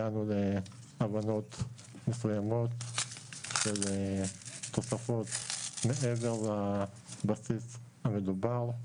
הגענו להבנות מסוימות של תוספות מעבר לבסיס המדובר.